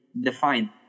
defined